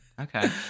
Okay